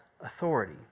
authority